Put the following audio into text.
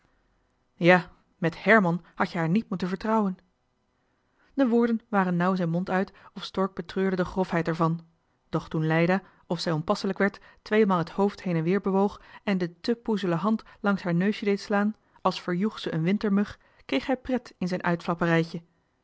ja met herman hadt je haar niet moeten vertrouwen de woorden waren nauw zijn mond uit of stork betreurde de grofheid ervan doch toen leida of zij onpasselijk werd tweemaal het hoofd heen-en-weer bewoog en de te poezele hand langs haar neusje deed slaan als verjoeg ze een wintermug kreeg hij pret in zijn